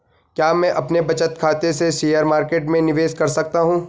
क्या मैं अपने बचत खाते से शेयर मार्केट में निवेश कर सकता हूँ?